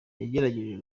yagerageje